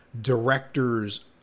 directors